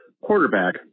quarterback –